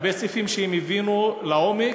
הרבה סעיפים שהם הבינו לעומק,